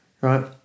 right